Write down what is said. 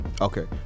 okay